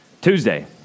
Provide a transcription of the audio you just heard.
Tuesday